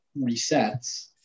resets